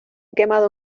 quemado